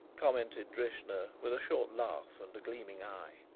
commented drishna, with a short laugh and a gleaming eye.